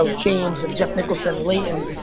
so james, and jeff nicholson, leighton,